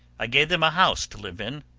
i gave them a house to live in,